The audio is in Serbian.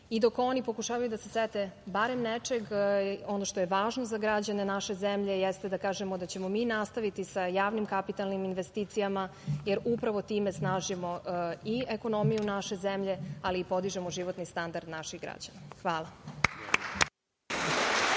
i dok oni pokušavaju da se sete barem nečeg, ono što je važno za građane naše zemlje, jeste da kažemo da ćemo mi nastaviti sa javnim kapitalnim investicijama, jer upravo time snažimo i ekonomiju naše zemlje, ali i podižemo životni standard naših građana. Hvala.